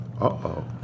Uh-oh